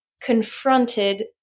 confronted